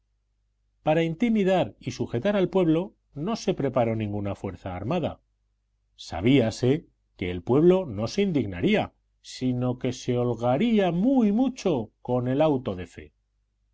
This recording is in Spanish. para intimidar y sujetar al pueblo no se preparó ninguna fuerza armada sabíase que el pueblo no se indignaría sino que se holgaría muy mucho con el auto de fe